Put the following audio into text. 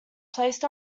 placed